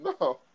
No